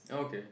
oh okay